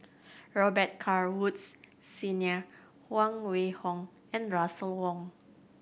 Robet Carr Woods Senior Huang Wenhong and Russel Wong